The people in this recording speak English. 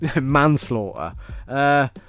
manslaughter